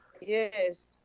Yes